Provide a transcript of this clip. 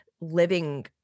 living